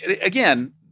again